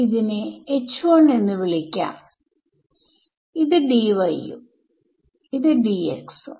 ഇതിനെ എന്ന് വിളിക്കാം ഇത് Dy യും ഇത് Dx ഉം